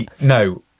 No